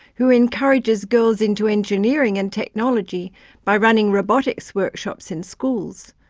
who encourages girls into engineering and technology by running robotics workshops in schools,